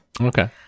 Okay